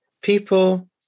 people